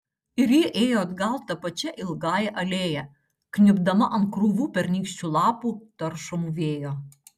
ir ji ėjo atgal ta pačia ilgąja alėja kniubdama ant krūvų pernykščių lapų taršomų vėjo